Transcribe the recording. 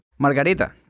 Margarita